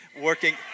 working